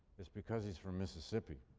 it's because he's from mississippi.